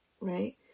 Right